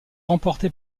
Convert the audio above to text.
remportée